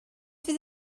fydd